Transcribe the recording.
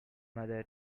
mother